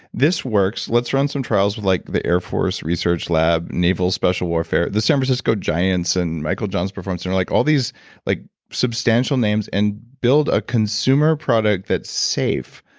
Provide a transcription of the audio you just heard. this works. let's run some trials with like the air force research lab, naval special warfare, the san francisco giants, and michael johns performance center, like all these like substantial names and build a consumer product that's safe,